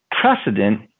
precedent